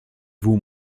vous